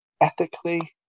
ethically